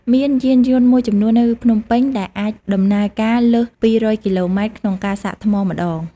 មានយានយន្តមួយចំនួននៅភ្នំពេញ ដែលអាចដំណើរការលើស ២០០ គីឡូម៉ែត្រក្នុងការសាកថ្មម្ដង។